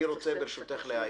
אני רוצה ברשותך להעיר.